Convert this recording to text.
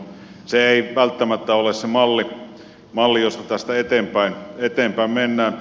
se ei välttämättä ole se malli josta tästä eteenpäin mennään